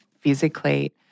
physically